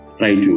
right